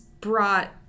brought